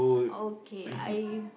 okay I